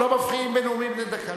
לא מפריעים בנאומים בני דקה.